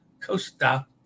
Costa